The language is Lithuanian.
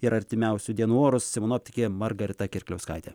ir artimiausių dienų orus sinoptikė margarita kirkliauskaitė